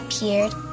appeared